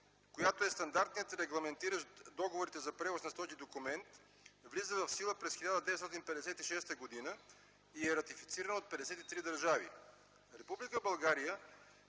която е стандартният регламентиращ договорите за превоз на стоки документ, влиза в сила през 1956 г. и е ратифицирана от 53 държави. Република България